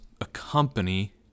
accompany